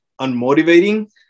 unmotivating